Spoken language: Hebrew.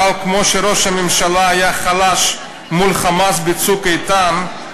אבל כמו שראש הממשלה היה חלש מול "חמאס" ב"צוק איתן",